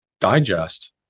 digest